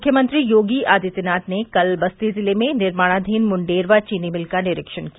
मुख्यमंत्री योगी आदित्यनाथ ने कल बस्ती जिले में निर्माणधीन मुंडेरवा चीनी मिल का निरीक्षण किया